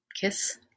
kiss